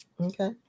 Okay